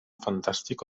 fantàstic